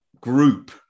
group